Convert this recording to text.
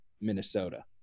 minnesota